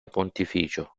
pontificio